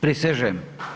Prisežem.